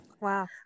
Wow